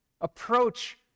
approach